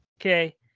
Okay